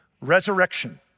Resurrection